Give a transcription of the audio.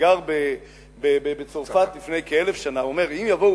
שגר בצרפת לפני כ-1,000 שנה: אם יבואו